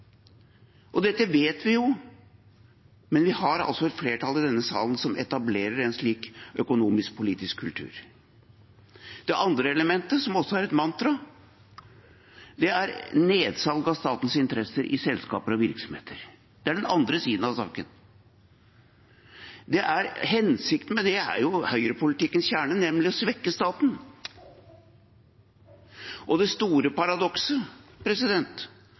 Dette vet vi, men vi har altså et flertall i denne salen som etablerer en slik økonomisk-politisk kultur. Det andre elementet, som også er et mantra, er nedsalg av statens interesser i selskaper og virksomheter. Det er den andre siden av saken. Hensikten med det er jo høyrepolitikkens kjerne, nemlig å svekke staten. Det store paradokset